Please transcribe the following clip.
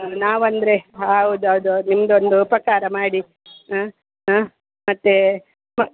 ನಾವು ಅಂದರೆ ಹೌದು ಅದು ನಿಮ್ದು ಒಂದು ಉಪಕಾರ ಮಾಡಿ ಹಾಂ ಹಾಂ ಮತ್ತು ಮ